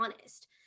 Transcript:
honest